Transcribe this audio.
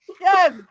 yes